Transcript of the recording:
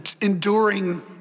enduring